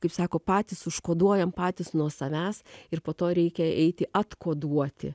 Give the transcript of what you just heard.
kaip sako patys užkoduojam patys nuo savęs ir po to reikia eiti atkoduoti